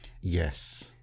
Yes